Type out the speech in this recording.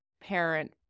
parent